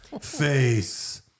face